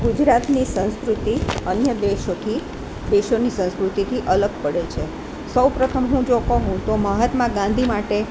ગુજરાતની સંસ્કૃતિ અન્ય દેશોથી દેશોની સંસ્કૃતિથી અલગ પડે છે સૌ પ્રથમ હું જો કહું તો મહાત્મા ગાંધી માટે